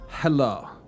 hello